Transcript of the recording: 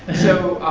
so,